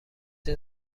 این